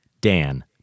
Dan